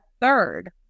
third